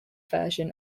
version